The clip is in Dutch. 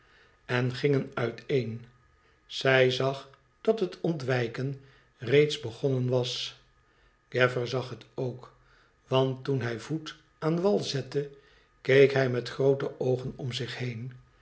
en gingen uiteen zij zag dat het ontwijken reeds begonnen was gaffer zag het ook want toen hij voet aan wal zette keek hij met groote oogen om zich heen